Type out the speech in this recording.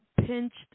pinched